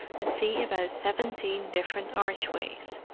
and see about seventeen different archways,